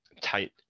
tight